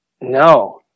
No